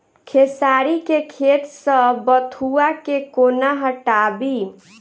खेसारी केँ खेत सऽ बथुआ केँ कोना हटाबी